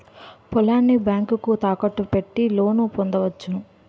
పొలాన్ని బ్యాంకుకు తాకట్టు పెట్టి లోను పొందవచ్చు